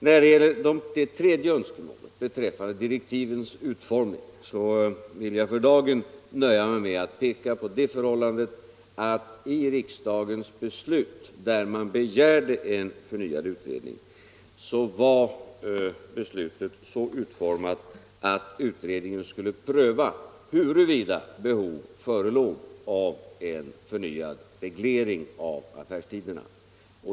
När det gäller önskemålet om direktivens utformning vill jag för dagen nöja mig med att peka på det förhållandet att det beslut där riksdagen begärde en förnyad utredning var så formulerat att utredningen skulle pröva huruvida behov förelåg av en förnyad reglering av affärstiderna.